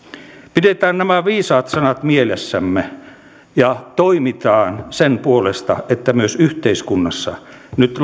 pidetään nämä viisaat sanat mielessämme ja toimitaan sen puolesta että myös yhteiskunnassa nyt